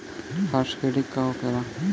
Fast credit का होखेला?